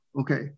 Okay